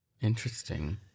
Interesting